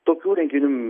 tokių renginių